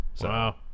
Wow